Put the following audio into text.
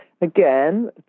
again